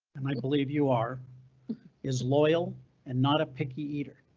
and i believe you are is loyal and not a picky eater.